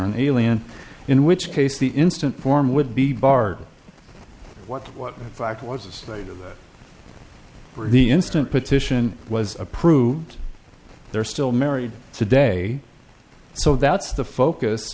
elian in which case the instant form would be barred what was fact was a slate of the instant petition was approved they're still married today so that's the focus